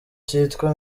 cyitwa